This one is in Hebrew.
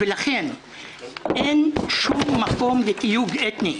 לכן אין שום מקום לתיוג אתני.